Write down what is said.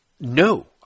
No